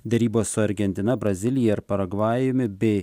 derybos su argentina brazilija paragvajumi bei